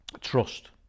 trust